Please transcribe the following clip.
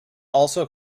also